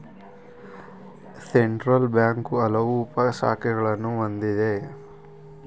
central bank ಹಲವು ಉಪ ಶಾಖೆಗಳನ್ನು ಹೊಂದಿದೆ